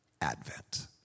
Advent